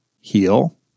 Heal